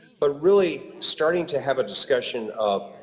but really starting to have a discussion of,